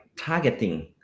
targeting